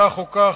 כך או כך,